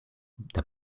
the